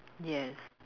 yes